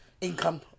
income